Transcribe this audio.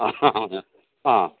ആ